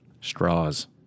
Straws